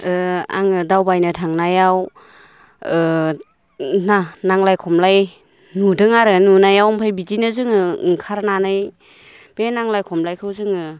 आङो दावबायनो थांनायाव नांज्लाय खमलाय नुदों आरो नुनायाव ओमफ्राय बिदिनो जोङो ओंखारनानै बे नांज्लाय खमलायखौ जोङो